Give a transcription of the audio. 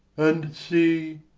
and see,